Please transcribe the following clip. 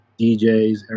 DJs